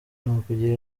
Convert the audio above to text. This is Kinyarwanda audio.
nakugira